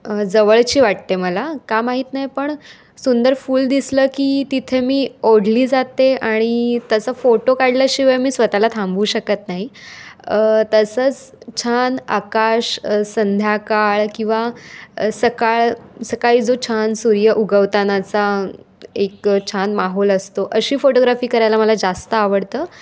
जवळची वाटते मला का माहीत नाही पण सुंदर फूल दिसलं की तिथे मी ओढली जाते आणि त्याचा फोटो काढल्याशिवाय मी स्वतः ला थांबवू शकत नाही तसंच छान आकाश संध्याकाळ किंवा सकाळ सकाळी जो छान सूर्य उगवतानाचा एक छान माहोल असतो अशी फोटोग्राफी करायला मला जास्त आवडतं